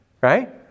right